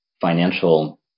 financial